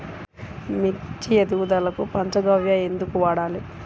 మిర్చి ఎదుగుదలకు పంచ గవ్య ఎందుకు వాడాలి?